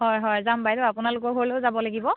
হয় হয় যাম বাইদেউ আপোনালোকৰ ঘৰলৈও যাব লাগিব